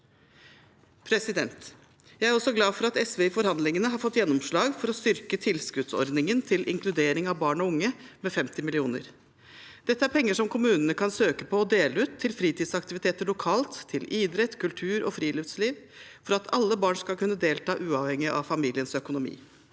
Jeg er også glad for at SV i forhandlingene har fått gjennomslag for å styrke tilskuddsordningen til inkludering av barn og unge med 50 mill. kr. Dette er penger som kommunene kan søke på og dele ut til fritidsaktiviteter lokalt, til idrett, kultur og friluftsliv, for at alle barn skal kunne delta uavhengig av familiens økonomi.